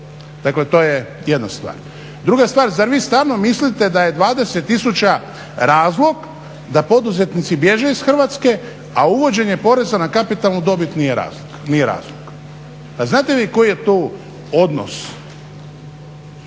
Dakle to je jedna stvar. Druga stvar, zar vi stvarno mislite da je 20 tisuća razlog da poduzetnici bježe iz Hrvatske, a uvođenje poreza na kapitalnu dobit nije razlog. Znate vi koji je to odnos